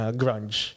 grunge